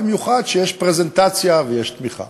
במיוחד כשיש פרזנטציה ויש תמיכה.